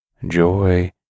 joy